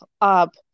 up